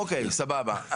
אוקיי, סבבה.